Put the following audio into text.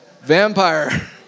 vampire